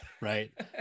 right